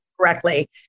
correctly